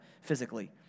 physically